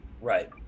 right